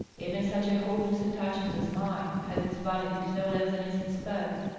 even such a hopeless attachment as mine has its. vanities no less than its despairs.